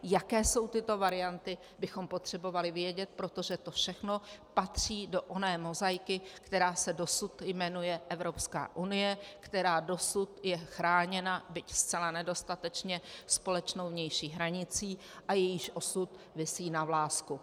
Jaké jsou tyto varianty, bychom potřebovali vědět, protože to všechno patří do oné mozaiky, která se dosud jmenuje Evropská unie, která dosud je chráněna, byť zcela nedostatečně, společnou vnější hranicí a jejíž osud visí na vlásku.